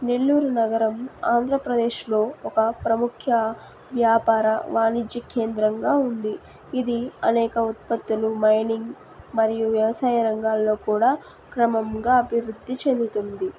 నెల్లూరు నగరం ఆంధ్రప్రదేశ్లో ఒక ప్రముఖ వ్యాపార వాణిజ్య కేంద్రంగా ఉంది ఇది అనేక ఉత్పత్తులు మైనింగ్ మరియు వ్యవసాయ రంగాల్లో కూడా క్రమంగా అభివృద్ధి చెందుతుంది